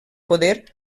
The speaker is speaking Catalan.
poder